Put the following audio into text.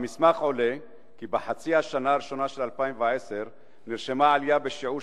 מהמסמך עולה כי בחצי השנה הראשונה של 2010 נרשמה עלייה בשיעור